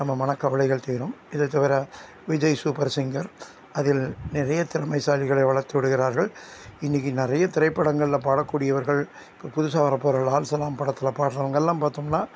நம்ம மனக்கவலைகள் தீரும் இதை தவிர விஜய் சூப்பர் சிங்கர் அதில் நிறைய திறமைசாலிகளை வளர்த்து விடுகிறார்கள் இன்றைக்கு நிறைய திரைப்படங்களில் பாடக்கூடியவர்கள் இப்போ புதுசாக வரப்போகிற லால்சலாம் படத்தில் பாடுறவங்கெல்லாம் பார்த்தோம்னா